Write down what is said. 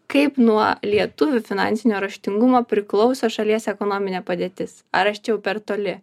kaip nuo lietuvių finansinio raštingumo priklauso šalies ekonominė padėtis ar aš čia jau per toli